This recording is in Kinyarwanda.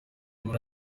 muri